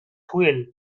fuel